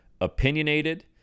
opinionated